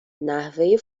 نحوه